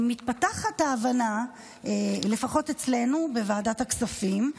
מתפתחת ההבנה, לפחות אצלנו בוועדת הכספים,